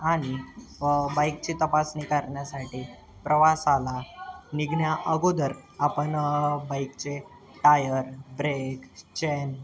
आणि बाइकची तपासणी करण्यासाठी प्रवासाला निघण्याअगोदर आपण बाइकचे टायर ब्रेक चेन